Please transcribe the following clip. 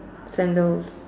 sandals